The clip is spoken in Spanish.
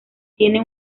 tiene